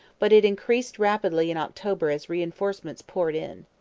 but it increased rapidly in october as reinforcements poured in.